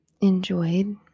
enjoyed